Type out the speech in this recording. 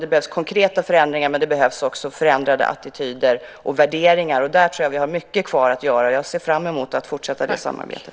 Det behövs konkreta förändringar, men det behövs också förändrade attityder och värderingar. Där har vi mycket kvar att göra. Jag ser fram emot att fortsätta det samarbetet.